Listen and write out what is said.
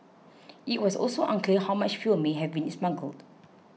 it was also unclear how much fuel may have been smuggled